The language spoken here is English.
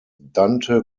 dante